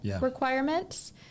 requirements